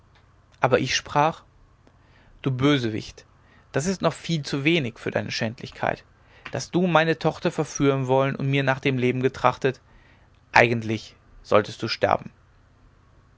aber ich sprach du bösewicht das ist noch viel zu wenig für deine schändlichkeit daß du meine tochter verführen wollen und mir nach dem leben getrachtet eigentlich solltest du sterben